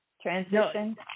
transition